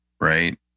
right